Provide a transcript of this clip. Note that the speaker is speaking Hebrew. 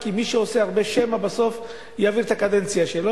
כי מי שעושה הרבה שמא בסוף יעביר את הקדנציה שלו,